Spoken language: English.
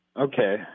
Okay